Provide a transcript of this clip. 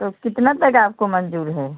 तो कितना तक आपको मंज़ूर है